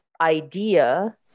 idea